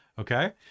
Okay